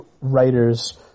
writers